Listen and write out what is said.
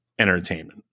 entertainment